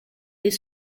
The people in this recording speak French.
des